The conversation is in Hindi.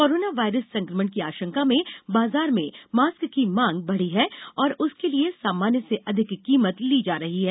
कोरोना वायरस संकमण की आशंका में बाजार में मॉक्स की मांग बढी है और उसके लिए सामान्य से अधिक कीमत ली जा रही है